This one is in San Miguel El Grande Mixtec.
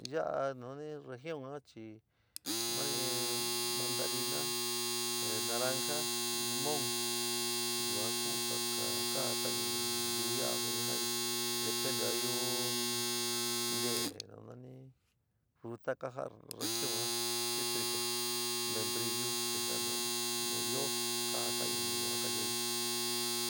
Ya´a region chi mani mandarina, naranja, limón yua kuu ja kajotainii nayuu ya´a soni jenoi depende a io nte'e na nani fruta ka jaa region ya´a citrica membrillo que sea noun io kaa jatainii yua kayeei.